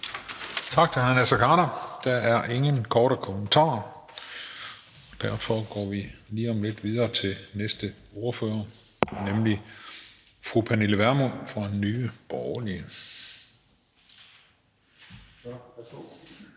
Tak til hr. Naser Khader. Der er ingen korte bemærkninger, og derfor går vi lige om lidt videre til den næste ordfører, nemlig fru Pernille Vermund fra Nye Borgerlige.